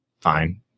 fine